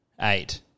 eight